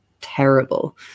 terrible